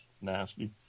nasty